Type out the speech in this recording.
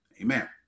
Amen